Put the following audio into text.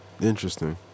interesting